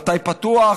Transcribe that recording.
מתי פתוח,